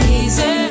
easy